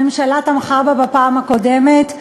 הממשלה תמכה בה בפעם הקודמת,